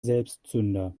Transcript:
selbstzünder